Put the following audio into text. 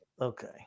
Okay